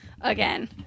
again